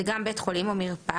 זה גם בית חולים או מרפאה,